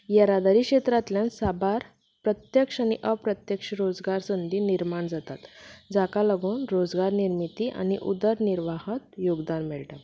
येरादारी क्षेत्रांतल्यान साबार प्रत्यक्ष आनी अप्रत्यक्ष रोजगार संदी निर्माण जातात जाका लागून रोजगार निर्मिती आनी उदरनिर्वाहत योगदान मेळटा